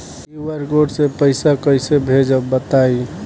QR code से पईसा कईसे भेजब बताई?